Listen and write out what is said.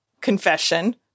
confession